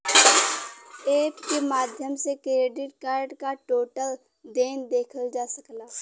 app के माध्यम से क्रेडिट कार्ड क टोटल देय देखल जा सकला